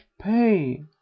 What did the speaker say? pay